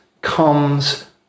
comes